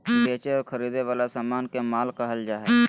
बेचे और खरीदे वला समान के माल कहल जा हइ